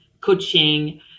coaching